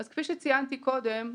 כפי שציינתי קודם,